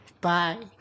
bye